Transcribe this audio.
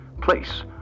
place